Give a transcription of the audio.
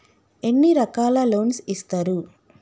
ఎన్ని రకాల లోన్స్ ఇస్తరు?